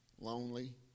lonely